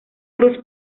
cruz